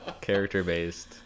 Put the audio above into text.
character-based